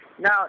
Now